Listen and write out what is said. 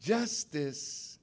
justice